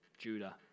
Judah